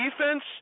defense